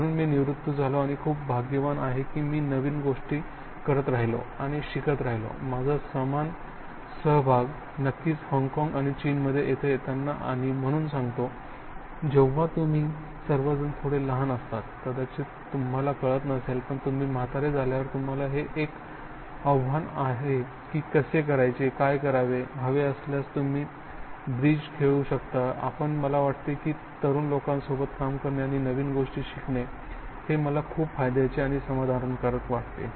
म्हणून मी निवृत्त झालो आणि मी खूप भाग्यवान आहे की मी नवीन गोष्टी करत राहिलो आणि शिकत राहिलो माझा समान सहभाग नक्कीच हाँगकाँग आणि चीनमध्ये इथे येताना आहे आणि म्हणून सांगतो जेव्हा तुम्ही सर्वजण थोडे लहान असता कदाचित तुम्हाला कळत नसेल पण तुम्ही म्हातारे झाल्यावर तुम्हाला हे एक आव्हान आहे की कसे करायचे काय करावे हवे असल्यास तुम्ही ब्रिज खेळू शकता पण मला वाटते की तरुण लोकांसोबत काम करणे आणि नवीन गोष्टी शिकणे हे मला खूप फायद्याचे आणि समाधानकारक वाटते